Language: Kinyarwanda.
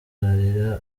ararira